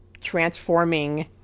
transforming